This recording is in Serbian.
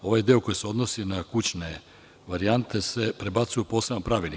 Ovaj deo koji se odnosi na kućne varijante se prebacuje u poseban pravilnik.